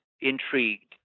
intrigued